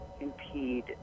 impede